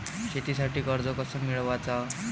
शेतीसाठी कर्ज कस मिळवाच?